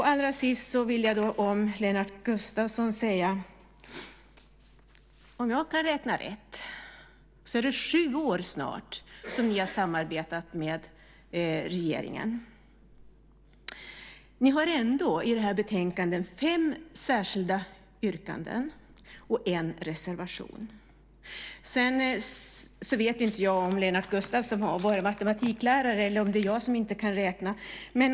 Till sist vill jag till Lennart Gustavsson säga att om jag kan räkna rätt har ni samarbetat med regeringen i snart sju år. Ni har ändå fem särskilda yttranden och en reservation i det här betänkandet. Jag vet inte om Lennart Gustavsson har varit matematiklärare eller om jag inte kan räkna.